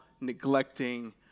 neglecting